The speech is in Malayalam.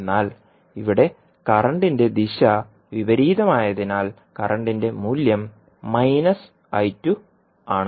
എന്നാൽ ഇവിടെ കറന്റിന്റെ ദിശ വിപരീതമായതിനാൽ കറന്റിന്റെ മൂല്യം ആണ്